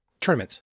Tournaments